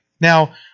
Now